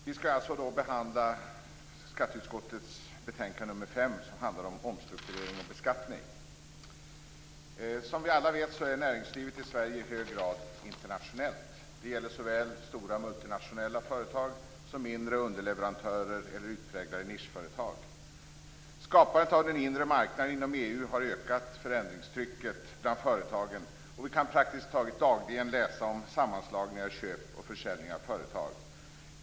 Fru talman! Nu skall vi alltså behandla skatteutskottets betänkande nr 5 som handlar om omstrukturering och beskattning. Som vi alla vet är näringslivet i Sverige i hög grad internationellt. Det gäller såväl stora multinationella företag som mindre underleverantörer och utpräglade nischföretag. Skapandet av den inre marknaden inom EU har ökat förändringstrycket bland företagen. Vi kan praktiskt taget dagligen läsa om sammanslagningar, köp och försäljningar av företag.